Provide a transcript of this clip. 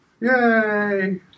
Yay